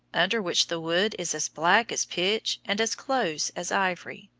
under which the wood is as black as pitch and as close as ivory.